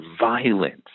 violence